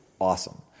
awesome